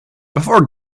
before